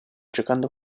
giocando